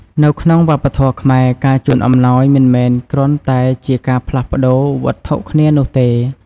នៅក្នុងវប្បធម៌ខ្មែរ ការជូនអំណោយមិនមែនគ្រាន់តែជាការផ្លាស់ប្ដូរវត្ថុគ្នានោះទេ។